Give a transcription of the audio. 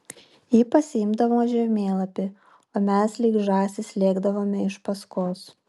ji pasiimdavo žemėlapį o mes lyg žąsys lėkdavome iš paskos